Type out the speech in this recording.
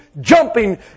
jumping